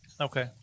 Okay